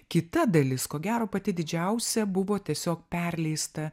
kita dalis ko gero pati didžiausia buvo tiesiog perleista